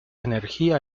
energía